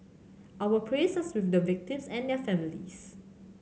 our prayers are with the victims and their families